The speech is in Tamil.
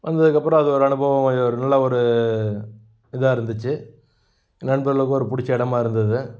வந்ததுக்கப்பறம் அது ஒரு அனுபவம் வாய்ந்ததாக நல்லா ஒரு இதாக இருந்துச்சு நண்பர்களுக்கும் ஒரு பிடிச்ச இடமா இருந்தது